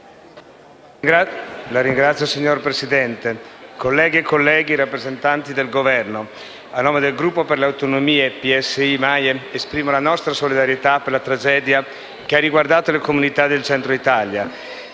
Signor Presidente, colleghi e colleghe, rappresentanti del Governo, a nome del Gruppo Per le Autonomie-PSI-MAIE, esprimo la nostra solidarietà per la tragedia che ha riguardato le comunità del centro Italia,